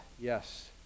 yes